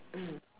mm